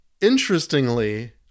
interestingly